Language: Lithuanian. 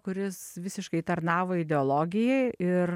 kuris visiškai tarnavo ideologijai ir